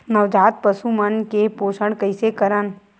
नवजात पशु मन के पोषण कइसे करन?